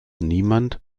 niemand